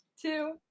two